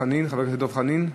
חבר הכנסת דב חנין.